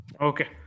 Okay